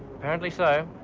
apparently so.